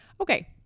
Okay